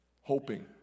hoping